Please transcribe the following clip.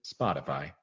spotify